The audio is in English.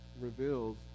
reveals